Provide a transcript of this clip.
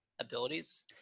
abilities